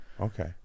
Okay